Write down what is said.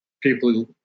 people